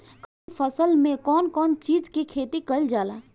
खरीफ फसल मे कउन कउन चीज के खेती कईल जाला?